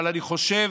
אבל אני חושב